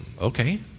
Okay